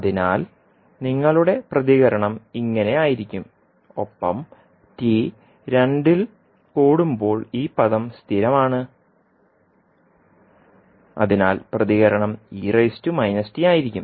അതിനാൽ നിങ്ങളുടെ പ്രതികരണം ഇങ്ങനെയായിരിക്കും ഒപ്പം t രണ്ടിൽ കൂടുമ്പോൾ ഈ പദം സ്ഥിരമാണ് അതിനാൽ പ്രതികരണം ആയിരിക്കും